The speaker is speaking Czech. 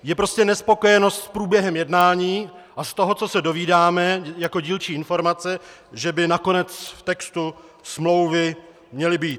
Je prostě nespokojenost s průběhem jednání a z toho, co se dozvídáme jako dílčí informace, že by nakonec v textu smlouvy měly být.